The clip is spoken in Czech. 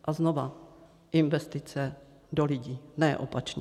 A znova investice do lidí, ne opačně.